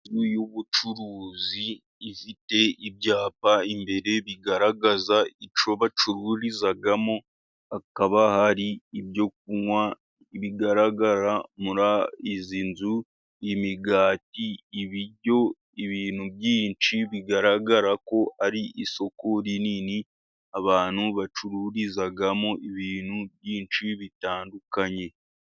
(...) y' ubucuruzi ifite ibyapa imbere bigaragaza icyo bacururizamo hakaba hari ibyo kunywa bigaragara muri izi nzu, imigati ibiryo ibintu byinshi bigaragara ko ari isoko rinini, abantu bacururizamo ibintu byinshi bitandukanye.